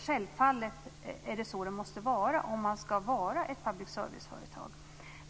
Självfallet måste det vara så om man ska vara ett public service-företag.